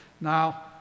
now